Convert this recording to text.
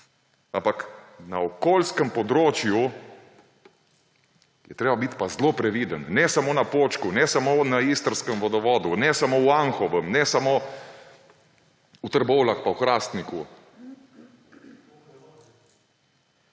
Ampak na okoljskem področju je treba biti pa zelo previden, ne samo na Počku, ne samo na istrskem vodovodu, ne samo v Anhovem, ne samo v Trbovljah pa v Hrastniku